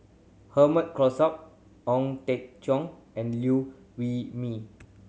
Herman Hochstadt Ong Teng Cheong and Liew Wee Mee